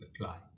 apply